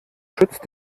schützt